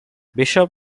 bishop